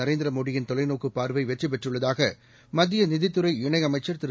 நரேந்திர மோடியின் தொலைநோக்குப் பார்வை வெற்றிபெற்றுள்ளதாக மத்திய நிதித்துறை இணையமைச்சர் திரு